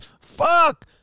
Fuck